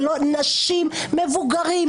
אנשים מבוגרים,